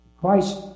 Christ